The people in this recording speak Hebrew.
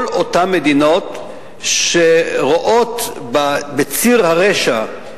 כל אותן מדינות שרואות בציר הרשע,